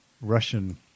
Russian